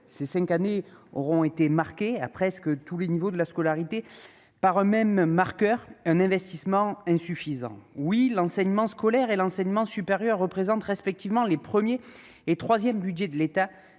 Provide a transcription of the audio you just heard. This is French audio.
Ces cinq années auront été marquées, à presque tous les niveaux de la scolarité, par un sous-investissement chronique. Oui, l'enseignement scolaire et l'enseignement supérieur représentent respectivement les premier et troisième budgets de l'État